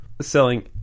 selling